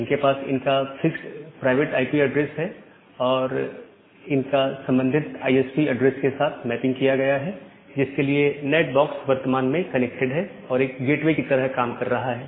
इनके पास इनका फिक्स्ड प्राइवेट आईपी एड्रेस है और इनका संबंधित आईएसपी एड्रेस के साथ मैपिंग किया गया है जिनके लिए नैट बॉक्स वर्तमान में कनेक्टेड है और एक गेटवे की तरह काम कर रहा है